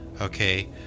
okay